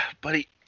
Buddy